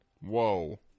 Whoa